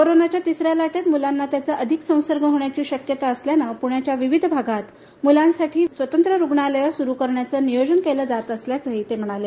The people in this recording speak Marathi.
कोरोनाच्या तिसऱ्या लाटेत मुलांना त्याचा अधिक संसर्ग होण्याची शक्यता असल्यानं पुण्याच्या विविध भागात मुलांसाठी स्वतंत्र रुग्णालये सुरु करण्याचं नियोजन केलं जात असल्याचं ते म्हणाले